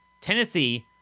Tennessee